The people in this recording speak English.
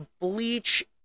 Bleach